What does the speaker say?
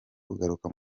kugaruka